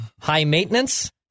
high-maintenance